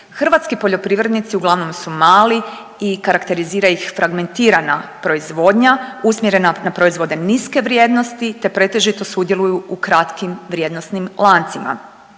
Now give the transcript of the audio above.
Hrvatski poljoprivrednici uglavnom su mali i karakterizira ih fragmentirana proizvoda usmjerena na proizvode niske vrijednosti te pretežito sudjeluju u kratkim vrijednosnim lancima.